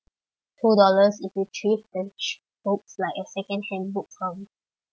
two dollars if you purchase books like a second hand book from